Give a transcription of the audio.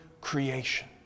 creation